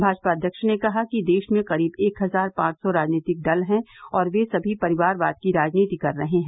भाजपा अध्यक्ष ने कहा कि देश में करीब एक हजार पांच सौ राजनीतिक दल हैं और ये सभी परिवारवाद की राजनीति कर रहे हैं